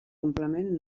complement